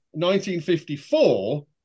1954